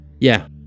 Yeah